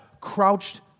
crouched